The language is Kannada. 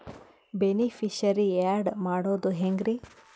ಬೆನಿಫಿಶರೀ, ಆ್ಯಡ್ ಮಾಡೋದು ಹೆಂಗ್ರಿ?